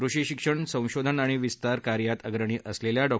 कृषी शिक्षण संशोधन आणि विस्तार कार्यात अग्रणी असलेल्या डॉ